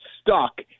stuck